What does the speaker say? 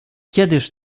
kiedyż